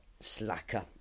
Slacker